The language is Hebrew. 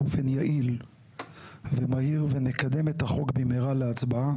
באופן יעיל ומהיר ונקדם את החוק במהרה להצבעה.